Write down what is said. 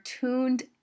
tuned